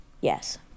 Yes